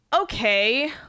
Okay